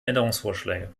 änderungsvorschläge